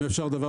אם אפשר להמשיך,